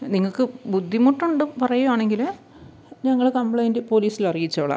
നിങ്ങൾക്ക് ബുദ്ധിമുട്ടുണ്ട് പറയുവാണെങ്കിൽ ഞങ്ങൾ കംപ്ലയിൻറ്റ് പോലീസിലറിയിച്ചോളാ